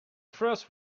first